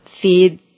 feed